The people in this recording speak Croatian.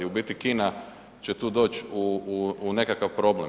U biti kina će tu doći u nekakav problem.